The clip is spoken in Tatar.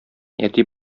әти